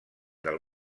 del